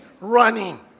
running